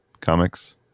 Comics